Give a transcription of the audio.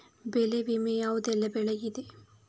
ಬೆಳೆ ವಿಮೆ ಯಾವುದೆಲ್ಲ ಬೆಳೆಗಿದೆ?